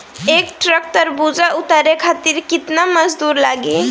एक ट्रक तरबूजा उतारे खातीर कितना मजदुर लागी?